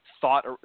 thought